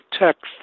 text